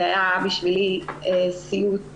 זה היה בשבילי סיוט